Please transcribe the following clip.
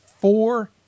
four